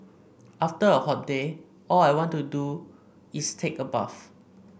after a hot day all I want to do is take a bath